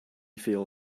feel